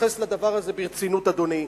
נתייחס לדבר הזה ברצינות, אדוני,